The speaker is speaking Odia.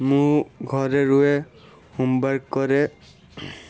ମୁଁ ଘରେ ରୁହେ ହୋମୱାର୍କ କରେ